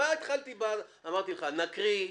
אמרתי לך נקריא,